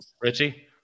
Richie